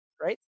right